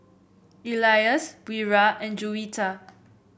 Elyas Wira and Juwita